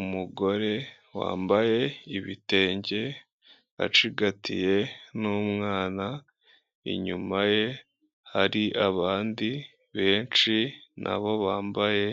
Umugore wambaye ibitenge acigatiye n'umwana, inyuma ye hari abandi benshi nabo bambaye